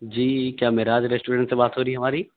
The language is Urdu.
جی کیا معراج ریسٹورینٹ سے بات ہو رہی ہے ہماری